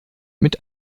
mit